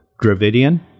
Dravidian